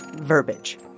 verbiage